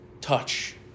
touch